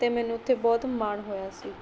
ਅਤੇ ਮੈਨੂੰ ਉੱਥੇ ਬਹੁਤ ਮਾਣ ਹੋਇਆ ਸੀ